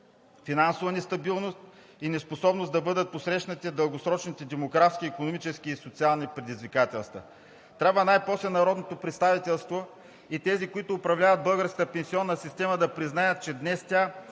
финансова нестабилност и неспособност да бъдат посрещнати дългосрочните демографски, икономически и социални предизвикателства. Трябва най-после народното представителство и тези, които управляват българската пенсионна система, да признаят, че днес тя